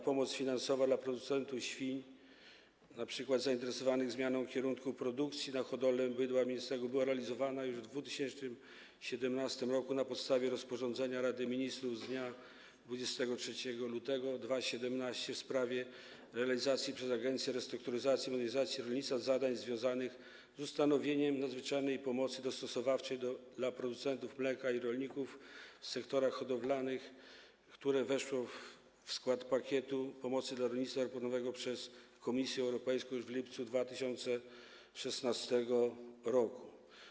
Pomoc finansowa dla producentów świń, np. zainteresowanych zmianą kierunku produkcji na hodowlę bydła mięsnego, była realizowana już w 2017 r. na podstawie rozporządzenia Rady Ministrów z dnia 23 lutego 2017 r. w sprawie realizacji przez Agencję Restrukturyzacji i Modernizacji Rolnictwa zadań związanych z ustanowieniem nadzwyczajnej pomocy dostosowawczej dla producentów mleka i rolników w innych sektorach hodowlanych, które weszło w skład pakietu pomocowego dla rolnictwa zaproponowanego przez Komisję Europejską już w lipcu 2016 r.